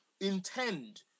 intend